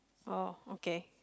oh okay